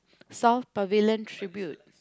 South Pavilion Tribute